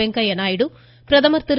வெங்கய்ய நாயுடு பிரதமர் திரு